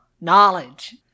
Knowledge